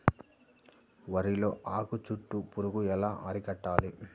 వరిలో ఆకు చుట్టూ పురుగు ఎలా అరికట్టాలి?